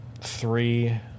three